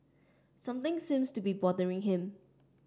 something seems to be bothering him